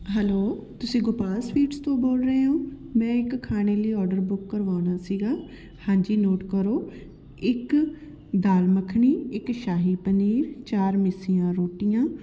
hello ਤੁਸੀਂ Gopal sweets ਤੋਂ ਬੋਲ ਰਹੇ ਹੋ ਮੈਂ ਇੱਕ ਖਾਣੇ ਲਈ ਓਡਰ ਬੁੱਕ ਕਰਵਾਉਣਾ ਸੀਗਾ ਹਾਂਜੀ ਨੋਟ ਕਰੋ ਇੱਕ ਦਾਲ ਮੱਖਣੀ ਇੱਕ ਸ਼ਾਹੀ ਪਨੀਰ ਚਾਰ ਮਿੱਸੀਆਂ ਰੋਟੀਆਂ